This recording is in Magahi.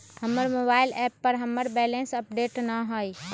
हमर मोबाइल एप पर हमर बैलेंस अपडेट न हई